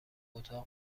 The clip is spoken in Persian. اتاق